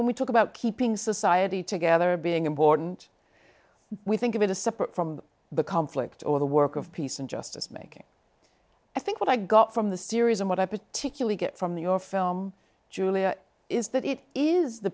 when we talk about keeping society together being important we think of it a separate from the conflict or the work of peace and justice making i think what i got from the series and what i particularly get from the your film julia is that it is the